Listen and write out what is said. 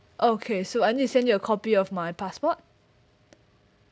okay so I need to send you a copy of my passport